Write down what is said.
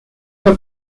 fue